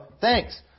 thanks